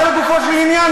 אני מדבר לגופו של עניין,